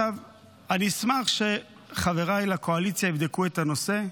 אני אשמח שחבריי לקואליציה יבדקו את הנושא.